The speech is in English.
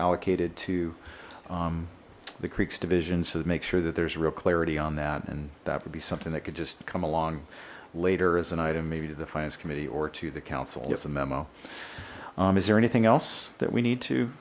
allocated to the creeks division so to make sure that there's real clarity on that and that would be something that could just come along later as an item maybe to the finance committee or to the council as a memo is there anything else that we need to